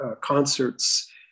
concerts